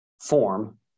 form